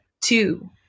two